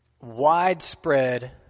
widespread